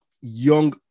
young